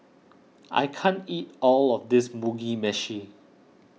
I can't eat all of this Mugi Meshi